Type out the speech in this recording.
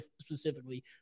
specifically